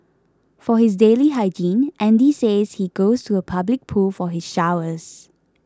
for his daily hygiene Andy says he goes to a public pool for his showers